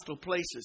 places